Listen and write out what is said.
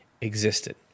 existed